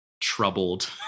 troubled